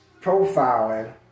profiling